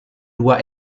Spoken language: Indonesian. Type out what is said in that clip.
dua